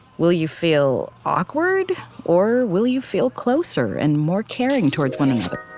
will you feel awkward or will you feel closer and more caring towards one another?